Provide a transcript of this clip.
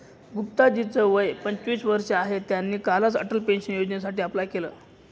गुप्ता जी च वय पंचवीस वर्ष आहे, त्यांनी कालच अटल पेन्शन योजनेसाठी अप्लाय केलं